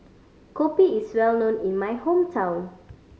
kopi is well known in my hometown